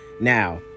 Now